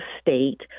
state